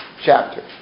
chapter